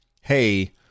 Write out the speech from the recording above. hey